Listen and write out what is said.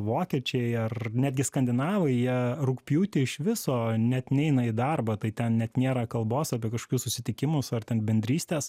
vokiečiai ar netgi skandinavai jie rugpjūtį iš viso net neina į darbą tai ten net nėra kalbos apie kažkokius susitikimus ar ten bendrystes